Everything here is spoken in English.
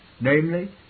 namely